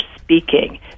speaking